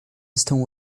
estão